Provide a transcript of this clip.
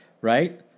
right